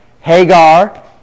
Hagar